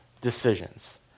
decisions